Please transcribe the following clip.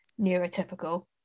neurotypical